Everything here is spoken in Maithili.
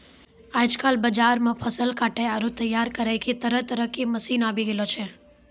आजकल बाजार मॅ फसल काटै आरो तैयार करै के तरह तरह के मशीन आबी गेलो छै